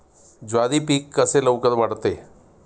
ज्वारी पीक कसे लवकर वाढते?